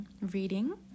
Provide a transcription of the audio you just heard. reading